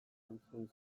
entzun